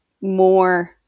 more